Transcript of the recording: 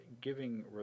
giving